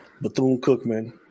Bethune-Cookman